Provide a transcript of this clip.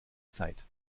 zeit